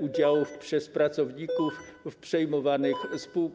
udziałów przez pracowników w przejmowanych spółkach.